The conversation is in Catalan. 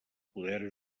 poder